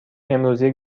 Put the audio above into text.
امروزی